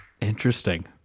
Interesting